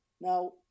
Now